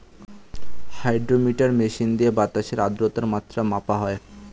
hydrometer machine দিয়ে বাতাসের আদ্রতার মাত্রা মাপা হয়